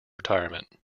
retirement